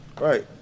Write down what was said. Right